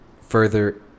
further